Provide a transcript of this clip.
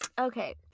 okay